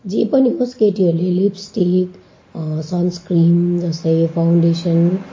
जे पनि होस् केटीहरूले लिप्स्टिक सन्सस्क्रिन जस्तै फाउन्डेसन